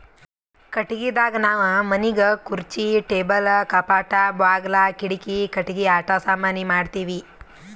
ಕಟ್ಟಿಗಿದಾಗ್ ನಾವ್ ಮನಿಗ್ ಖುರ್ಚಿ ಟೇಬಲ್ ಕಪಾಟ್ ಬಾಗುಲ್ ಕಿಡಿಕಿ ಕಟ್ಟಿಗಿ ಆಟ ಸಾಮಾನಿ ಮಾಡ್ತೀವಿ